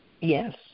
Yes